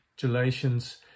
Galatians